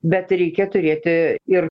bet reikia turėti ir